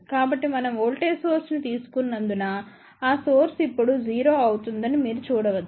కాబట్టి మనం voltage source ని తీసుకున్నందున ఆ సోర్స్ ఇప్పుడు 0 అవుతుందని మీరు చూడవచ్చు